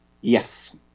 Yes